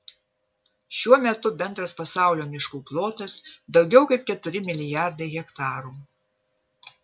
šiuo metu bendras pasaulio miškų plotas daugiau kaip keturi milijardai hektarų